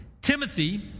Timothy